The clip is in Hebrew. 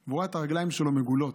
והוא ראה את הרגליים שלו מגולות.